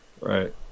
right